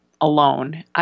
alone